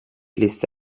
liste